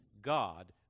God